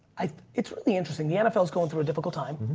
it's really interesting. the nfl is going through a difficult time,